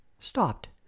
stopped